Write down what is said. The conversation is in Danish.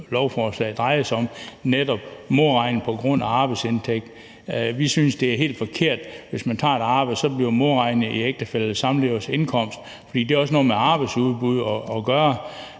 drejer sig om, nemlig modregning på grund af arbejdsindtægt. Vi synes, det er helt forkert, at der, hvis man tager et arbejde, så bliver modregnet i ægtefællens eller samleverens indkomst. For det har også noget med arbejdsudbud at gøre.